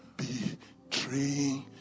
betraying